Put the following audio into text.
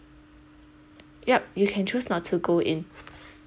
yup you can choose not to go in